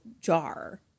jar